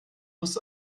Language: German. muss